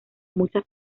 muchas